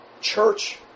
church